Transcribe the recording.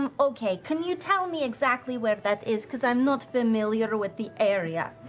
um okay. can you tell me exactly where that is? because i'm not familiar with the area.